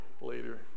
later